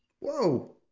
Whoa